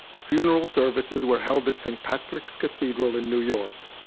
funeral services were held at st. patrick's cathedral in new york.